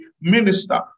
minister